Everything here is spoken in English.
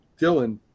Dylan